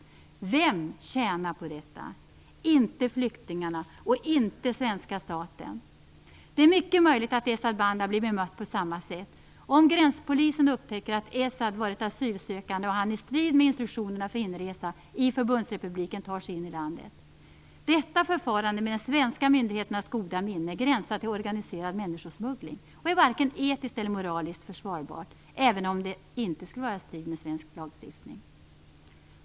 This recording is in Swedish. Vem tjänar på detta? Inte flyktingarna och inte svenska staten. Det är mycket möjligt att Esad Banda blir bemött på samma sätt om gränspolisen upptäcker att Esad varit asylsökande, och att han i strid med instruktionerna för inresa i Förbundsrepubliken tar sig in i landet. Detta förfarande, med de svenska myndigheternas goda minne, gränsar till organiserad människosmuggling och är varken etiskt eller moraliskt försvarbart - även om det inte skulle vara i strid med svensk lagstiftning.